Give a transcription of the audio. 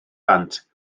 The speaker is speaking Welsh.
bant